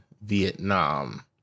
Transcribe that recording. Vietnam